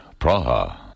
Praha